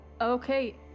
Okay